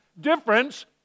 Difference